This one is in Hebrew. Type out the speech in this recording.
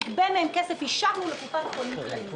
נגבה מהם כסף - אישרנו לקופת חולים כללית.